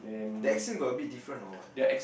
the accent got a bit different or what